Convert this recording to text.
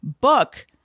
book